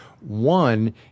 One